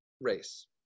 race